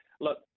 look